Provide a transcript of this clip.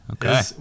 Okay